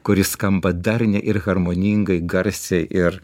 kuris skamba darniai ir harmoningai garsiai ir